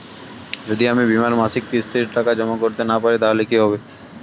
যদি আমি বীমার মাসিক কিস্তির টাকা জমা করতে না পারি তাহলে কি হবে?